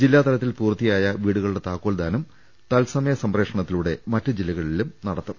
ജില്ലാതലത്തിൽ പൂർത്തിയായ വീടുകളുടെ താക്കോൽദാനം തത്സമയ സംപ്രേക്ഷണത്തിലൂടെ മറ്റ് ജില്ലകളിലും നടത്തും